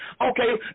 Okay